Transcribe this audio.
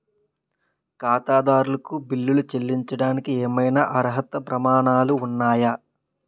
ఖాతాదారులకు బిల్లులు చెల్లించడానికి ఏవైనా అర్హత ప్రమాణాలు ఉన్నాయా?